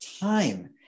Time